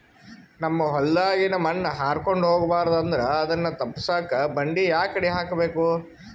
ನಮ್ ಹೊಲದಾಗಿನ ಮಣ್ ಹಾರ್ಕೊಂಡು ಹೋಗಬಾರದು ಅಂದ್ರ ಅದನ್ನ ತಪ್ಪುಸಕ್ಕ ಬಂಡಿ ಯಾಕಡಿ ಹಾಕಬೇಕು?